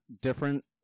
different